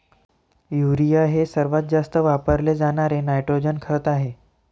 urea हे सर्वात जास्त वापरले जाणारे नायट्रोजन खत आहे